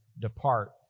depart